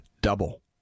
double